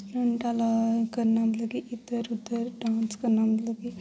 stunt आह्ला करना मतलब कि इद्धर उद्धर डान्स करना मतलब कि